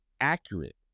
accurate